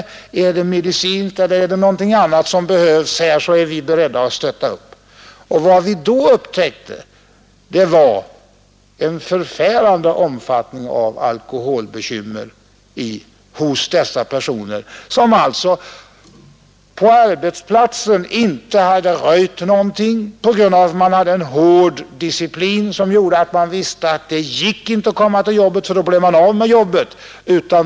Behövs det medicin eller någonting annat så är vi beredda att stötta upp. Vad vi då upptäckte var en förfärande omfattning av alkoholbekymmer hos dessa personer, som alltså på arbetsplatsen inte hade röjt någonting på grund av den hårda disciplinen som gjorde att man visste att det inte gick att komma till jobbet ty då blev man av med det.